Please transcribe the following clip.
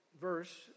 verse